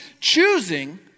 choosing